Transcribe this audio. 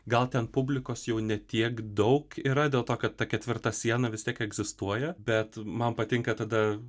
gal ten publikos jau ne tiek daug yra dėl to kad ta ketvirta siena vis tiek egzistuoja bet man patinka tada